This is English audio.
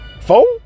four